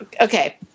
Okay